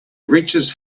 reaches